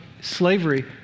slavery